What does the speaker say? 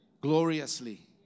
gloriously